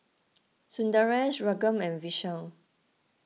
Sundaresh Raghuram and Vishal